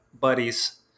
buddies